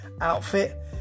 outfit